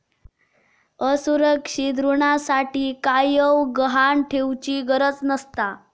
असुरक्षित ऋणासाठी कायव गहाण ठेउचि गरज नसता